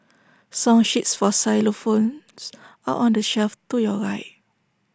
song sheets for xylophones are on the shelf to your right